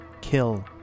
...kill